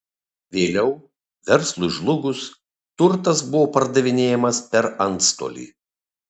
vėliau verslui žlugus turtas buvo pardavinėjamas per antstolį